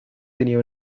tenía